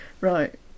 right